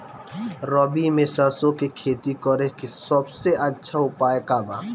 रबी में सरसो के खेती करे के सबसे अच्छा उपाय का बा?